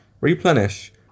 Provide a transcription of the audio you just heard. replenish